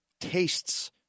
tastes